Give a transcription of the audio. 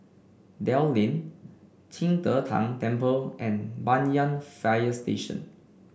Dell Lane Qing De Tang Temple and Banyan Fire Station